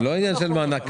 זה לא עניין של מענק כפול.